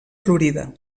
florida